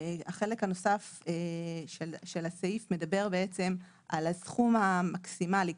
החלק הנוסף של הסעיף מדבר על הסכום המקסימלי.